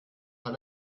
paar